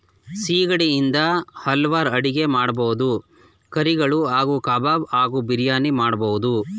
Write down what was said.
ಸಿಗಡಿ ಇಂದ ಹಲ್ವಾರ್ ಅಡಿಗೆ ಮಾಡ್ಬೋದು ಕರಿಗಳು ಹಾಗೂ ಕಬಾಬ್ ಹಾಗೂ ಬಿರಿಯಾನಿ ಮಾಡ್ಬೋದು